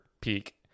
peak